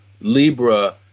Libra